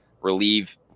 relieve